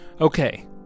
Okay